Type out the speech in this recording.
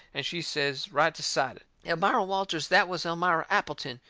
and she says right decided elmira walters, that was elmira appleton,